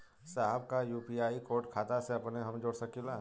साहब का UPI code खाता से अपने हम जोड़ सकेला?